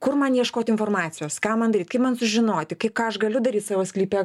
kur man ieškot informacijos ką man daryt kaip man sužinoti kai ką aš galiu daryt savo sklype